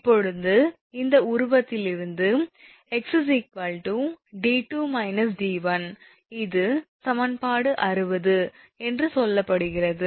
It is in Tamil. இப்போது இந்த உருவத்திலிருந்து ℎ 𝑑2 − 𝑑1 இது சமன்பாடு 60 என்று சொல்லப்படுகிறது